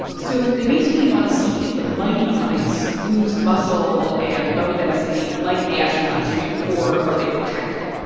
so they basically want to see if the mighty mice lose muscle and bone density like the astronauts do? or are they protected?